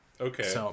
Okay